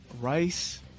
Rice